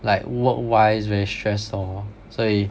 like work-wise very stress lor 所以